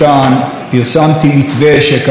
פרסמתי מתווה שקראתי לו "עזה,